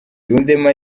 yunzemo